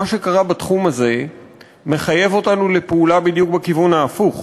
מה שקרה בתחום הזה מחייב אותנו לפעולה בדיוק בכיוון ההפוך.